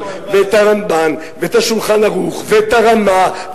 ואת הרמב"ם ואת ה"שולחן ערוך" ואת הרמ"א,